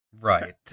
right